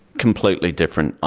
completely different.